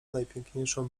najpiękniejszą